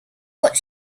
but